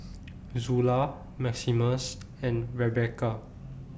Zula Maximus and Rebekah